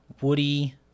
woody